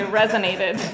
resonated